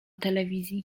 telewizji